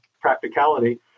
practicality